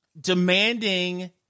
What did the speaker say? demanding